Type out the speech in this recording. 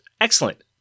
Excellent